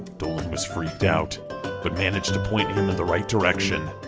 dolan was freaked out but managed to point him in the right direction.